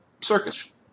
circus